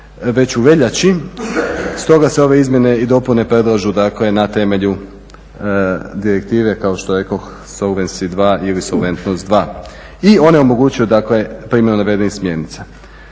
već u veljači stoga se ove izmjene i dopune predlažu dakle na temelju Direktive kao što rekoh Solvency 2 ili solventnost 2. I one omogućuju dakle primjenu navedenih smjernica.